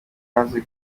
azi